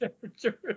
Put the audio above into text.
temperature